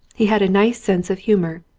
he had a nice sense of humour.